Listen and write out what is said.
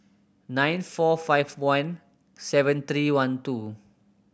nine four five one seven three one two